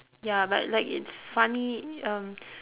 ya but like is funny